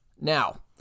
Now